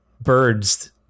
birds